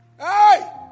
Hey